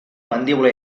mandíbula